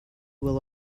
will